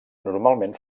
normalment